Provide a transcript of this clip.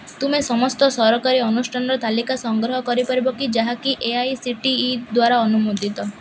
ତୁମେ ସମସ୍ତ ସରକାରୀ ଅନୁଷ୍ଠାନର ତାଲିକା ସଂଗ୍ରହ କରିପାରିବ କି ଯାହାକି A I C T E ଦ୍ୱାରା ଅନୁମୋଦିତ